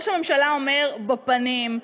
ראש הממשלה אומר בפנים,